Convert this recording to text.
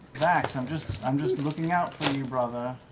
vax. i'm just i'm just looking out for you, brother.